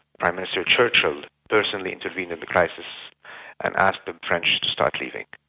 prime minister churchill personally intervened in the crisis and asked the french to start leaving.